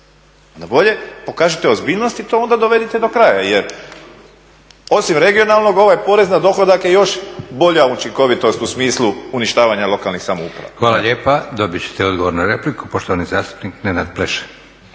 Onda bolje pokažite ozbiljnost i to onda dovedite do kraja jer osim regionalnog ovaj porez na dohodak je još bolja učinkovitost u smislu uništavanja lokalnih samouprava. **Leko, Josip (SDP)** Hvala lijepa. Dobit ćete odgovor na repliku, poštovani zastupnik Nenad Pleše.